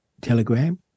Telegram